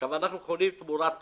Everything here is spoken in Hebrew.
עכשיו, אנחנו חונים תמורת תשלום,